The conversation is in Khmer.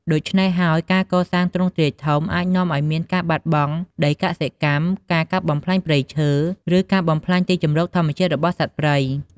ដូច្នេះហើយ ការសាងសង់ទ្រង់ទ្រាយធំអាចនាំឱ្យមានការបាត់បង់ដីកសិកម្ម ការកាប់បំផ្លាញព្រៃឈើ ឬការបំផ្លាញទីជម្រកធម្មជាតិរបស់សត្វព្រៃ។